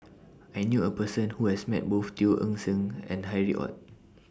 I knew A Person Who has Met Both Teo Eng Seng and Harry ORD